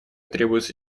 требуются